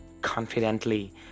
confidently